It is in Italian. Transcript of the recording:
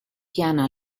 piana